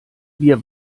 wir